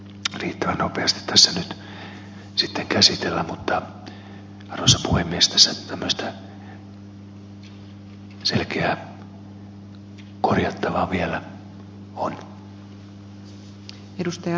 mutta arvoisa puhemies tässä tämmöistä selkeää korjattavaa vielä on